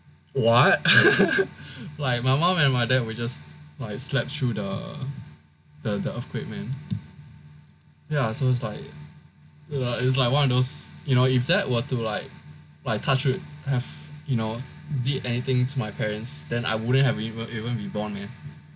what like my mom and my dad were just like slept through the the the the earthquake man ya so it's like it is like one of those you know if that were to like touch wood have you know did anything to my parents then I wouldn't have even even been born man